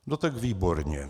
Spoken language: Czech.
No tak výborně.